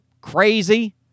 crazy